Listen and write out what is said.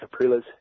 Capriles